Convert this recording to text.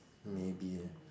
maybe ah